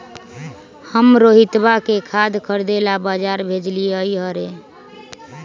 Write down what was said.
हम रोहितवा के खाद खरीदे ला बजार भेजलीअई र